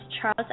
Charles